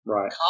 Right